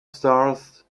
stars